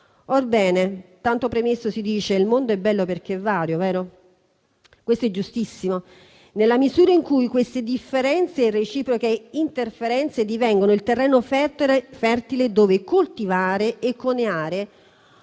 Orbene, tanto premesso, si dice che il mondo è bello perché vario, vero? Questo è giustissimo, nella misura in cui queste differenze e reciproche interferenze divengono il terreno fertile dove coltivare e coniare